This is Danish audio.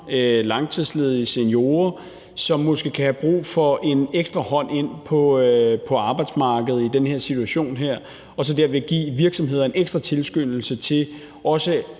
langtidsledige seniorer, som måske kan have brug for en ekstra hånd til at komme ind på arbejdsmarkedet i den her situation, og så derved give virksomheder en ekstra tilskyndelse til i